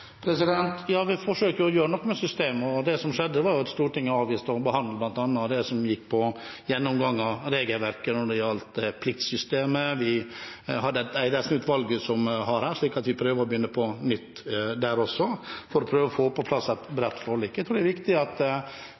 med systemet. Det som skjedde, var at Stortinget avviste å behandle bl.a. det som gikk på gjennomgang av regelverket for pliktsystemet, og vi hadde Eidesen-utvalget, som det snakkes om her, slik at vi prøver å begynne på nytt der også for å prøve å få på plass et bredt forlik. Vi må ha to tanker i hodet samtidig – at